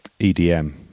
EDM